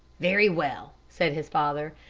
very well, said his father.